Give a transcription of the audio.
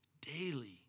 daily